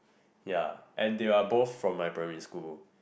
ya and they are both from my primary school